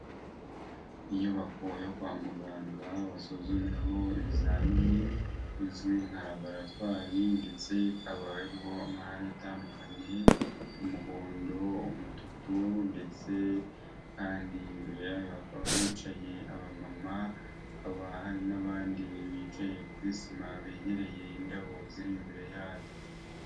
Inyubako yo kwa muganga basuzumiramo ibizamini izwi nka laboratwari ndetse ikaba iriho amarangi atandukanye umuhondo, umutuku ndetse kandi imbere yayo hakaba hicaye abamama, hakaba hari n'abandi bicaye kuri sima begereye indabo ziri imbere yayo.